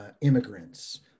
Immigrants